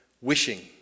wishing